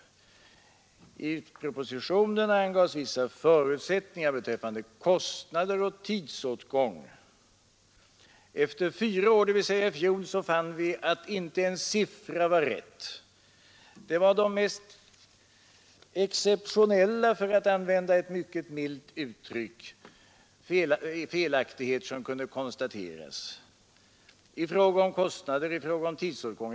I propositionen angavs vissa förutsättningar beträffande kostnader och tidsåtgång. Efter fyra år, dvs. i fjol, fann vi att inte en siffra var rätt. Det var de mest exceptionella felaktigheter — för att använda ett milt uttryck — som kunde konstateras i fråga om kostnader och tidsåtgång.